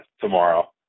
tomorrow